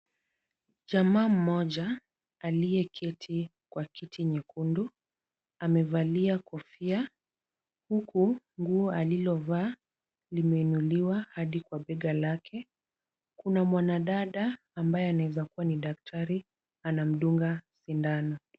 Jamaa mmoja aliyeketi kwa kiti nyekundu, amevalia kofia huku nguo alilovaa limeinuliwa hadi kwa bega lake. Kuna mwanadada ambaye anaeza kuwa ni daktari anamdunga sindano.